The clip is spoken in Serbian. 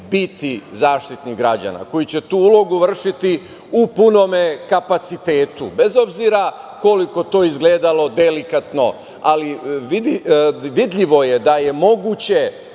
biti Zaštitnik građana koji će tu ulogu vršiti u punom kapacitetu, bez obzira koliko to izgledalo delikatno, ali vidljivo je da je moguće